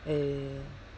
uh